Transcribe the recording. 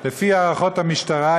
לפי הערכות המשטרה,